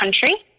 country